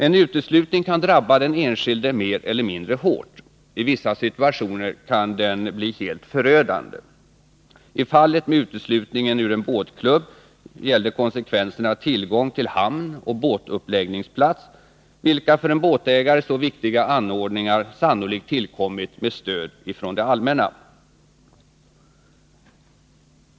En uteslutning kan drabba den enskilde mer eller mindre hårt. I vissa situationer kan den bli helt förödande. I fallet med uteslutningen ur en båtklubb gällde konsekvenserna tillgång till hamn och båtuppläggningsplats, anordningar — för en båtägare så viktiga — vilka sannolikt tillkommit med stöd från det allmänna.